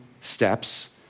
steps